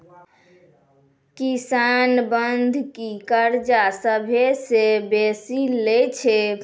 किसान बंधकी कर्जा सभ्भे से बेसी लै छै